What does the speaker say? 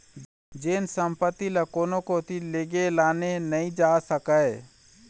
जेन संपत्ति ल कोनो कोती लेगे लाने नइ जा सकय